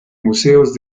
museos